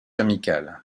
amical